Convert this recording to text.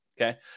Okay